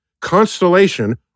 constellation